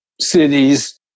cities